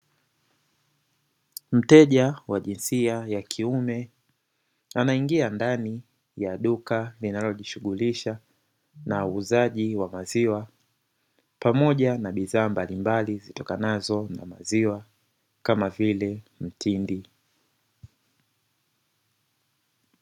Mteja wa jinsia ya kiume anaingia ndani ya duka linalojishughulisha na uuzaji wa maziwa pamoja na bidhaa mbalimbali zitokanazo na maziwa kama vile mtindi.